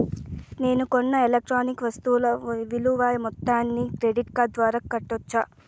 నేను కొన్న ఎలక్ట్రానిక్ వస్తువుల విలువ మొత్తాన్ని క్రెడిట్ కార్డు ద్వారా కట్టొచ్చా?